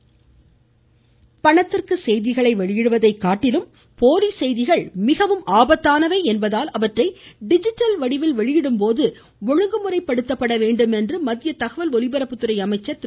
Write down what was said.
ஐவ்டேகர் பணத்திற்கு செய்திகளை வெளியிடுவதை காட்டிலும் போலி செய்திகள் மிகவும் ஆபத்தானவை என்பதால் அவந்றை டிஜிட்டல் வடிவில் வெளியிடும்போது ஒழுங்குமுறைப்படுத்தப்பட வேண்டும் என்று மத்திய தகவல் ஒலிபரப்பு துறை அமைச்சர் திரு